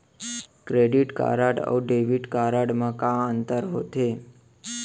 Credit card अऊ debit card मा का अंतर होथे?